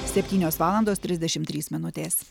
septynios valandos trisdešimt trys minutės